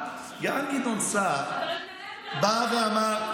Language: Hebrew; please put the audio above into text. גם גדעון סער בא ואמר,